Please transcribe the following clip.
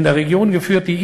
על בעיות הפליטים,